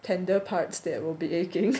tender parts that will be aching